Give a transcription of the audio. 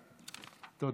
בבקשה.